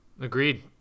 agreed